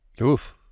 Oof